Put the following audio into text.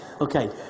Okay